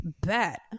Bet